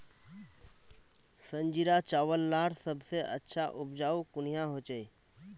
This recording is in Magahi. संजीरा चावल लार सबसे अच्छा उपजाऊ कुनियाँ होचए?